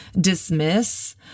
dismiss